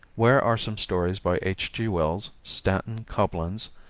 where are some stories by h. g. wells, stanton coblens,